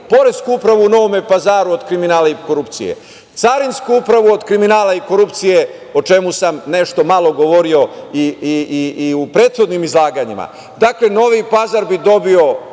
poresku upravu u Novome Pazaru od kriminala i korupcije, carinsku upravu od kriminala i korupcije, o čemu sam nešto malo govorio i u prethodnim izlaganjima. Novi Pazar bi dobio